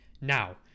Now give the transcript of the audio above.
Now